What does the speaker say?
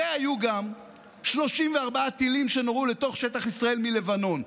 והיו גם 34 טילים שנורו לתוך שטח ישראל מלבנון.